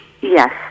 Yes